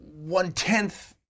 one-tenth